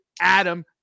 Adam